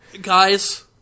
guys